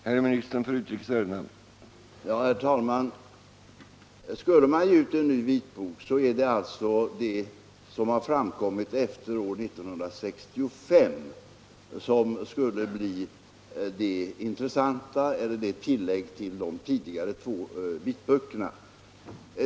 Herr talman! Skulle man nu ge ut en ny vitbok, är det som skulle bli det intressanta, alltså det som har framkommit i ärendet efter år 1965, ett tillägg till de båda tidigare vitböckerna.